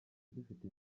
ugifite